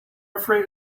afraid